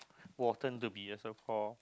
Watten to be assessed for